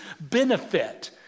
benefit